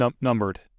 numbered